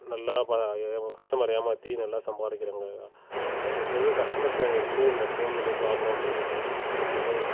நல்லா பா கஸ்டமரை ஏமாற்றி நல்லா சம்பாரிக்கிறாங்க அதுக்கு தகுந்த கஸ்டமர் கேர் எதுவுமே இல்லை ஃபோன் இந்தமாதிரி ப்ராப்ளம் இத மாரி சொன்னா கஸ்டமர் கேரே